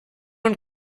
und